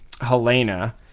Helena